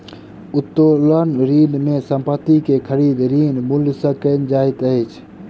उत्तोलन ऋण में संपत्ति के खरीद, ऋण मूल्य सॅ कयल जाइत अछि